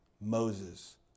Moses